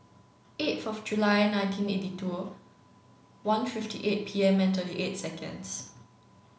eighth of July nineteen eighty two one fifty eight P M and thirty eight seconds